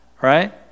right